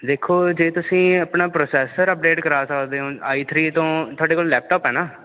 ਦੇਖੋ ਜੇ ਤੁਸੀਂ ਆਪਣਾ ਪ੍ਰੋਸੈਸਰ ਅਪਡੇਟ ਕਰਾ ਸਕਦੇ ਓਂ ਆਈ ਥਰੀ ਤੋਂ ਤੁਹਾਡੇ ਕੋਲ਼ ਲੈਪਟੋਪ ਹੈ ਨਾ